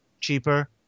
cheaper